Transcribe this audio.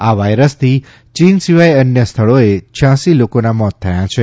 આ વાઈરસથી ચીન સિવાય અન્ય સ્થળોએ છયાંસી લોકોના મોત થયા છે